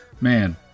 man